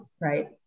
right